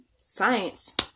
science